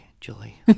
Julie